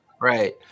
Right